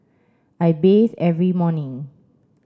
I bathe every morning